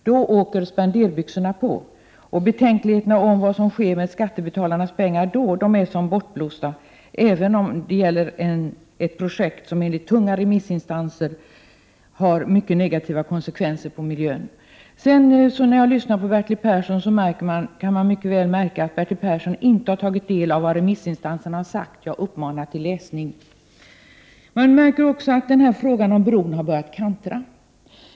Då åker spenderbyxorna på, och betänkligheterna om vad som sker med skattebetalarnas pengar är då som bortblåsta, trots att det gäller ett projekt som enligt tunga remissinstansers uppfattning har mycket negativa konsekvenser för miljön. När jag lyssnade på Bertil Perssons inlägg kunde jag mycket väl märka att Bertil Persson inte har tagit del av vad remissinstanserna framfört. Jag uppmanar till läsning. Man märker också att frågan om bron har börjat kantra.